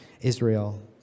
Israel